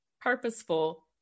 purposeful